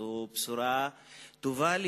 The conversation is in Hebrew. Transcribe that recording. לדעתי, זאת בשורה טובה.